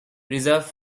reserve